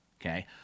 okay